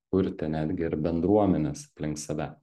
kurti netgi ir bendruomenes aplink save